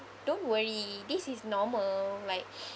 don't worry this is normal like